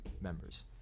members